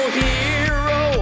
hero